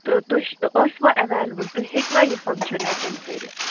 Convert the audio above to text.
تہٕ تُہۍ ٲسوا ایویلیبٕل تُہۍ ہیٚکوا یہِ فنگشَن ایٚٹینٛڈ کٔرِتھ